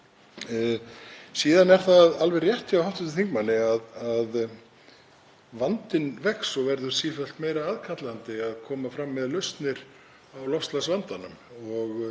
Síðan er það alveg rétt hjá hv. þingmanni að vandinn vex og verður sífellt meira aðkallandi að koma fram með lausnir á loftslagsvandanum.